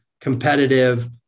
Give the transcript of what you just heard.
Competitive